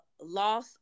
loss